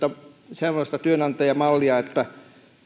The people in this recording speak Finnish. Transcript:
sellaista työnantajamallia että